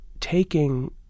taking